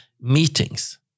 meetings